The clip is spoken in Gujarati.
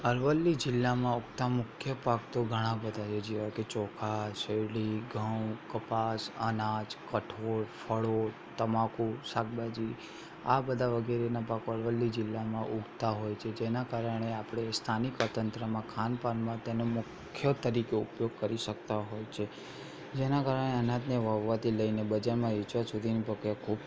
અરવલ્લી જિલ્લામાં ઊગતા મુખ્ય પાક તો ઘણા બધા છે જેવા કે ચોખા શેરડી ઘઉં કપાસ અનાજ કઠોળ ફળો તમાકુ શાકભાજી આ બધા વગેરેના પાકો અરવલ્લી જિલ્લામાં ઊગતા હોય છે જેના કારણે આપણે સ્થાનિક તંત્રમાં ખાનપાનમાં તેનો મુખ્ય તરીકે ઉપયોગ કરી શકતા હોય છે જેના કારણે અનાજને વાવવાથી લઈને બજારમાં વેચવા સુધીની પ્રક્રિયા ખૂબ